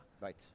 Right